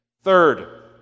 Third